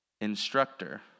instructor